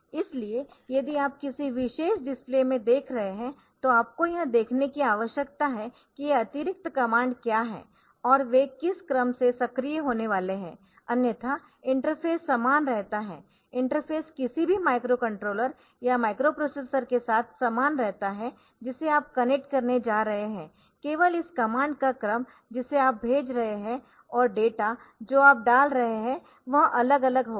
इसलिए यदि आप किसी विशेष डिस्प्ले में देख रहे है तो आपको यह देखने की आवश्यकता है कि ये अतिरिक्त कमांड क्या है और वे किस क्रम में सक्रिय होने वाले है अन्यथा इंटरफ़ेस समान रहता है इंटरफ़ेस किसी भी माइक्रोकंट्रोलर या माइक्रोप्रोसेसर के साथ समान रहता है जिसे आप कनेक्ट करने जा रहे है केवल इस कमांड का क्रम जिसे आप भेज रहे है और डेटा जो आप डाल रहे है वह अलग अलग होगा